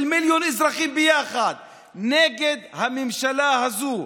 מיליון אזרחים ביחד נגד הממשלה הזאת.